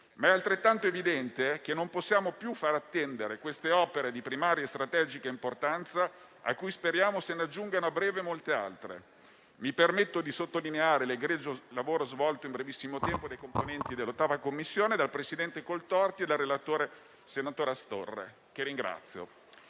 ma è altrettanto evidente che non possiamo più far attendere queste opere di primaria e strategica importanza, cui speriamo si aggiungono a breve molte altre. Mi permetto di sottolineare l'egregio lavoro svolto in brevissimo tempo dai componenti dell'8a Commissione, dal presidente Coltorti e dal relatore senatore Astorre, che ringrazio.